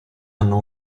hanno